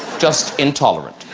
just intolerant